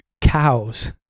cows